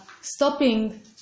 stopping